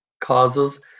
causes